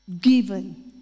given